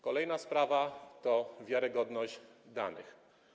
Kolejna sprawa to wiarygodność danych.